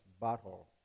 Battle